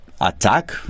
attack